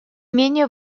менее